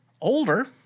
Older